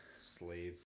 Slave